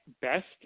best